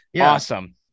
awesome